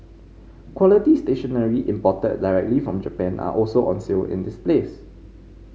quality stationery imported directly from Japan are also on sale in this place